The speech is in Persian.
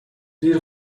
دیر